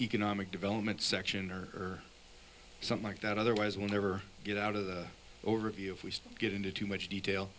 economic development section or something like that otherwise we'll never get out of the overview if we get into too much detail